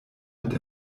mit